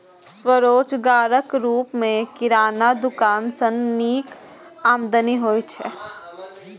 स्वरोजगारक रूप मे किराना दोकान सं नीक आमदनी होइ छै